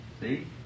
See